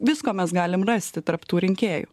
visko mes galim rasti tarp tų rinkėjų